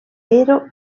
però